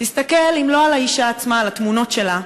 תסתכל אם לא על האישה עצמה אז על התמונות שלה,